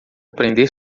aprender